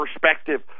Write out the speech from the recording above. perspective